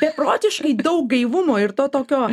beprotiškai daug gaivumo ir to tokio